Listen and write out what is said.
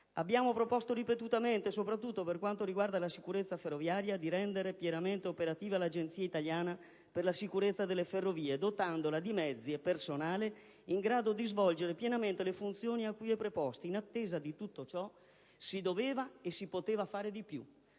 Abbiamo proposto ripetutamente, soprattutto per quanto riguarda la sicurezza ferroviaria, di rendere pienamente operativa l'Agenzia italiana per la sicurezza delle ferrovie, dotandola di mezzi e personale in grado di svolgere pienamente le funzioni a cui è preposta. In attesa di tutto ciò si doveva, e si poteva fare di più.